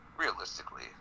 Realistically